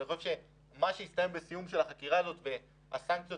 אני חושב שמה שיהיה בסיום החקירה הזאת והסנקציות